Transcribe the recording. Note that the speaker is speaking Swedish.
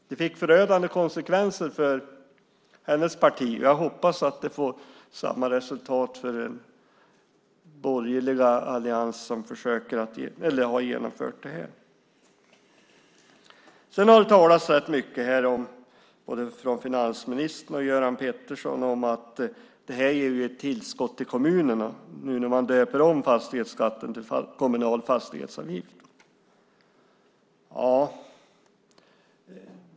Det fick förödande konsekvenser för hennes parti, och jag hoppas att det får samma resultat för den borgerliga alliansen, som har genomfört det här. Det har talats rätt mycket här från både finansministern och Göran Pettersson om att det ger ett tillskott till kommunerna när man nu döper om fastighetsskatten till kommunal fastighetsavgift.